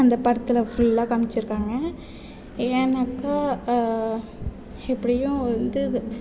அந்த படத்தில் ஃபுல்லாக காமிச்சுருக்காங்க ஏன்னாக்கால் எப்படியும் வந்து இது